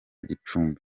gicumbi